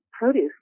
produce